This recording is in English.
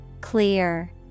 Clear